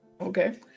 Okay